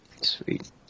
sweet